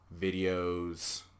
videos